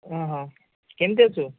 ଓହୋ କେମିତି ଅଛୁ